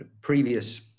previous